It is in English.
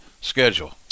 schedule